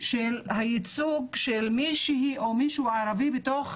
של הייצוג של מישהי או מישהו ערבי בתוך